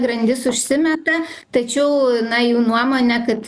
grandis užsimeta tačiau jų nuomone kad